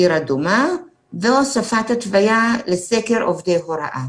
עיר אדומה, והוספת התוויה לסקר עובדי הוראה.